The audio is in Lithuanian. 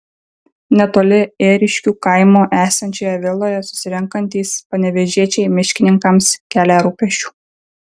netoli ėriškių kaimo esančioje viloje susirenkantys panevėžiečiai miškininkams kelia rūpesčių